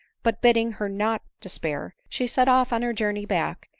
but bidding her not despair, she set off on her journey back,